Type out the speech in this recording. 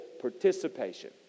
participation